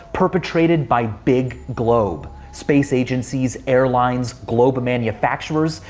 perpetrated by big globe. space agencies, airlines, globe manufacturers.